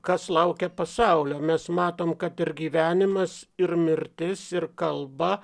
kas laukia pasaulio mes matom kad ir gyvenimas ir mirtis ir kalba